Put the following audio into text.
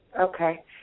Okay